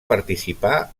participà